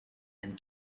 and